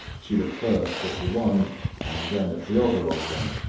she looked first at the one and then at the other of them,